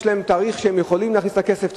ויש להם תאריך שבו הם יכולים להכניס את הכסף,